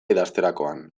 idazterakoan